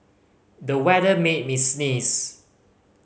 the weather made me sneeze